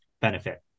benefit